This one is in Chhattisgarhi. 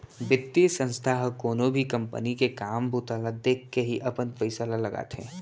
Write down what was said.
बितीय संस्था ह कोनो भी कंपनी के काम बूता ल देखके ही अपन पइसा ल लगाथे